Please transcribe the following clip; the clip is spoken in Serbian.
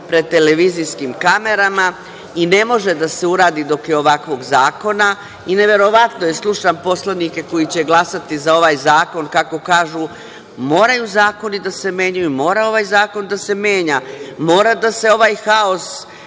pred TV kamerama i ne može da se uradi dok je ovakvog zakona i neverovatno je. Slušam poslanike koji će glasati za ovaj zakon, kako kažu, moraju zakoni da se menjaju, mora ovaj zakon da se menja, mora ovaj haos